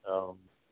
औ